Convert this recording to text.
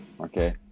okay